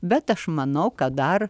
bet aš manau kad dar